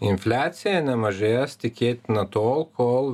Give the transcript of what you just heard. infliacija nemažės tikėtina tol kol